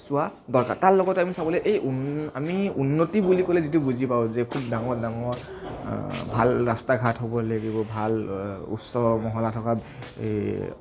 চোৱা দৰকাৰ তাৰ লগতে আমি চাব লাগিব আমি উন্নতি বুলি ক'লে যিটো বুজি পাওঁ যে খুব ডাঙৰ ডাঙৰ ভাল ৰাস্তা ঘাট হ'ব লাগিব ভাল উচ্চ মহলা থকা